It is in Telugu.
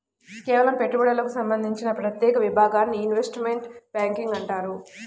కేవలం పెట్టుబడులకు సంబంధించిన ప్రత్యేక విభాగాన్ని ఇన్వెస్ట్మెంట్ బ్యేంకింగ్ అంటారు